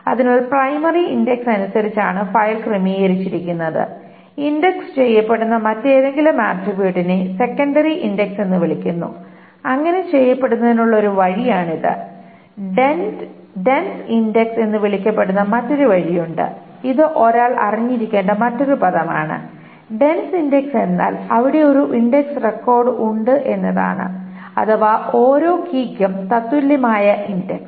അതിനാൽ primary index അനുസരിച്ചാണ് file ക്രമീകരിച്ചിരിക്കുന്നത് ഇൻഡക്സ് ചെയ്യപ്പെടുന്ന മറ്റേതെങ്കിലും ആട്രിബ്യൂട്ടിനെ സെക്കണ്ടറി ഇൻഡക്സ് എന്ന് വിളിക്കുന്നു അങ്ങനെ ചെയ്യുന്നതിനുള്ള ഒരു വഴിയാണ് ഇത് ഡെൻസ് ഇൻഡക്സ് എന്ന് വിളിക്കപ്പെടുന്ന മറ്റൊരു വഴിയുണ്ട് ഇത് ഒരാൾ അറിഞ്ഞിരിക്കേണ്ട മറ്റൊരു പദമാണ് ഡെൻസ് ഇൻഡക്സ് എന്നാൽ അവിടെ ഒരു ഇൻഡക്സ് റെക്കോർഡ് ഉണ്ട് എന്നതാണ് അഥവാ ഓരോ കീയ്ക്കും തത്തുല്യമായ ഇൻഡക്സ്